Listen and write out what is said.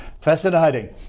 fascinating